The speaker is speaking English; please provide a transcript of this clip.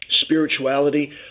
spirituality